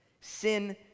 sin